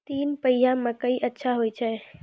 तीन पछिया मकई अच्छा होय छै?